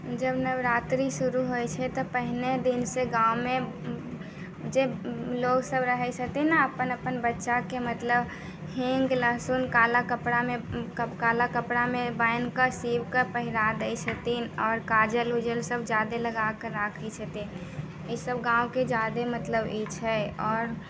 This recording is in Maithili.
जब नवरात्रि शुरू होइ छै तऽ पहिले दिनसँ गाँवमे जे लोकसब रहै छथिन ने अपन अपन बच्चाके मतलब हीँग लहसुन काला कपड़ामे काला कपड़ामे बान्हिके सीबिकऽ पहिरा दै छथिन आओर काजल उजलसब ज्यादे लगाके राखै छथिन ईसब गाँवके ज्यादे मतलब ई छै आओर